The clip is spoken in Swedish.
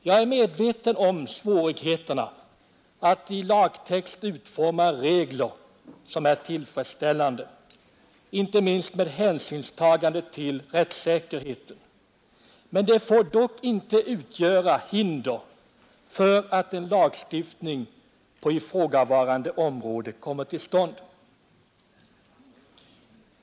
Jag är medveten om svårigheterna att i lagtext utforma regler som är tillfredsställande, inte minst med hänsynstagande till rättssäkerheten. Det får dock inte utgöra hinder för att en lagstiftning på ifrågavarande område kommer till stånd.